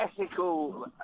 ethical